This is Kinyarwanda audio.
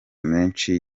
menshi